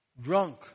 drunk